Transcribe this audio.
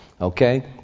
Okay